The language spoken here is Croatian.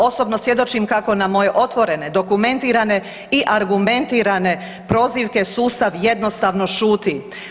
Osobno svjedočim kako na moje otvorene, dokumentirane i argumentirane prozivke sustav jednostavno šuti.